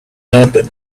happen